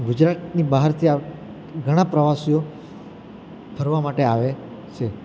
ગુજરાતની બહારથી આવ ઘણાં પ્રવાસીઓ ફરવા માટે આવે છે